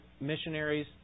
missionaries